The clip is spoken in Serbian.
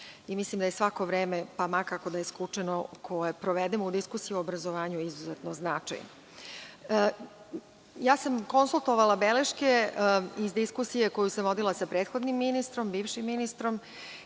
i mislim da je svako vreme, pa ma kako da je skučeno, provedemo o diskusiji o obrazovanju, izuzetno značajno. Konsultovala sam beleške iz diskusije koju sam vodila sa prethodnim ministrom, bivšim ministrom.